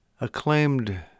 Acclaimed